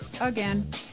again